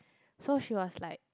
so she was like